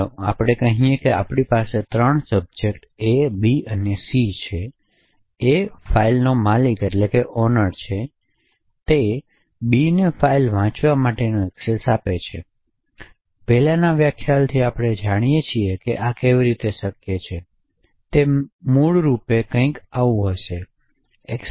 તેથી આપણે કહીએ કે આપણી પાસે ત્રણ સબ્જેક્ટ એ બી અને સી છે અને એ ફાઇલના માલિક છે અને તે બીને ફાઇલ વાંચવા માટે એક્સેસ આપે છે પહેલાના વ્યાખ્યાનથી આપણે જાણીએ છીએ કે આ કેવી રીતે શક્ય છે તે મૂળ રૂપે કંઇક શક્ય છે